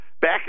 back